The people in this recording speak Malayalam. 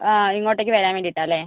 ആ ഇങ്ങോട്ടേക്ക് വരാൻ വേണ്ടീട്ടാണ് അല്ലേ